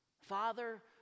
Father